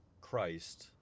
Christ